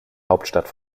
hauptstadt